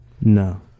No